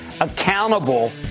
accountable